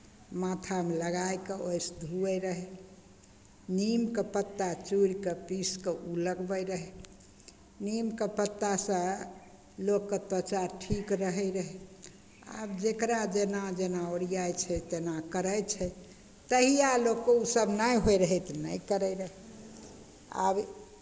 माथामे लगाए कऽ ओहिसँ धोअइत रहय नीमके पत्ता चुड़ि कऽ पीसि कऽ ओ लगबैत रहय नीमके पत्तासँ लोकके त्वचा ठीक रहैत रहय आब जकरा जेना जेना ओरियाइ छै तेना करै छै तहिया लोकके ओसभ नहि होइत रहय तऽ नहि करैत रहय आब